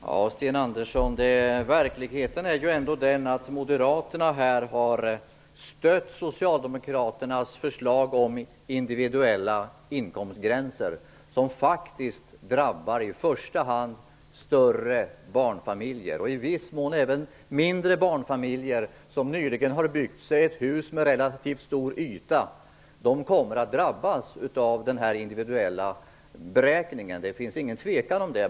Herr talman! Verkligheten är ändå den, Sten Andersson, att moderaterna här har stött socialdemokraternas förslag om individuella inkomstgränser, som faktiskt i första hand drabbar större barnfamiljer men i viss mån även mindre barnfamiljer som nyligen har byggt sig ett hus med relativt stor yta. Det är inget tvivel om att de kommer att drabbas av denna individuella beräkning.